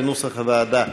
כנוסח הוועדה.